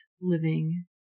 living